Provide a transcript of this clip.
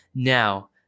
Now